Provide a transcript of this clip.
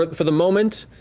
but for the moment,